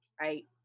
right